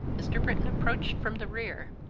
mr. britton approached from the rear.